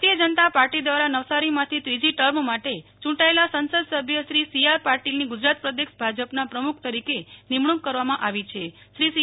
Patil Bharatiya Janata party દ્રારા નવસારીમાંથી ત્રીજ ટર્મ માટે ચુંટાયેલા સાસંદ સભ્યશ્રી સીઆર પાટીલની ગુજરાત પ્રદેશ ભાજપના પ્રમુખ તરીકે નિમણુંક કરવામાં આવી છે શ્રી સી